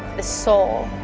the soul,